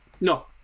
No